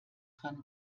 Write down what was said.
dran